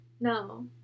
no